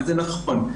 וזה נכון,